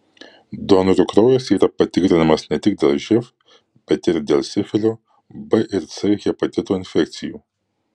donorų kraujas yra patikrinamas ne tik dėl živ bet ir dėl sifilio b ir c hepatito infekcijų